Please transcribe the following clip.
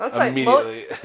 immediately